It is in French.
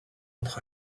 entre